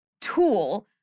tool